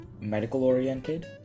medical-oriented